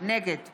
נגד